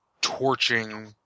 torching